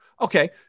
Okay